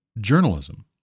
journalism